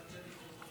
תעשה לי טובה.